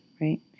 Right